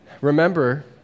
remember